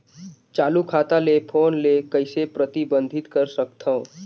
चालू खाता ले फोन ले कइसे प्रतिबंधित कर सकथव?